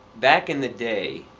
back in the day,